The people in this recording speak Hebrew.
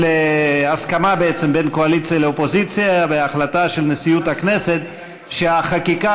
של הסכמה בין הקואליציה לאופוזיציה והחלטה של נשיאות הכנסת שהחקיקה